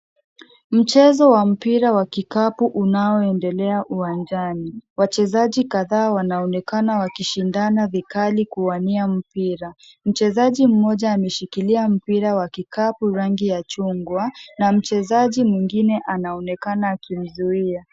Mchezo wa mpira wa kikapu unaoendelea uwanjani , wachezaji kadhaa wanaonekana kushindana vikali kuwania mpira , mchezaji mmoja ameshikilia mpira wenye rangi ya chungwa na mchezaji mwingine anaonekana akimzuia .